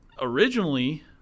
originally